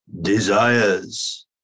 desires